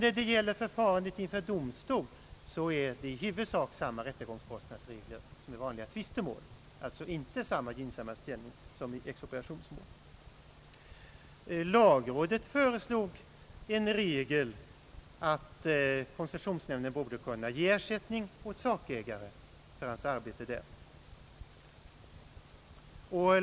När det gäller förfarandet inför domstol föreslås i propositionen i huvudsak samma rättegångskostnadsregler som i vanliga tvistemål, alltså inte samma gynnsamma ställning för den drabbade som i expropriationsmål. Lagrådet föreslog en regel som innebar att koncessionsnämnden skulle kunna ge ersättning åt sakägare för hans arbete.